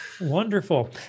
Wonderful